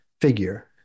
figure